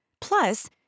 Plus